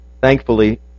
Thankfully